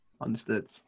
Understood